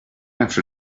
after